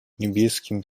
niebieskim